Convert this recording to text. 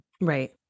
right